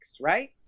right